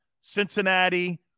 Cincinnati